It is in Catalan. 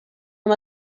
amb